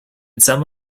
some